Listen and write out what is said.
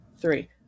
three